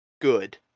good